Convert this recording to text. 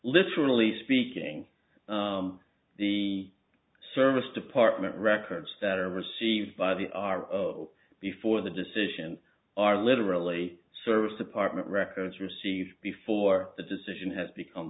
literally speaking the service department records that are received by the r before the decision are literally service department records received before the decision has become